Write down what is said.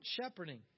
shepherding